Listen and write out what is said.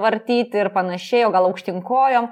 vartyti ir panašiai o gal aukštyn kojom